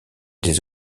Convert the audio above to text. des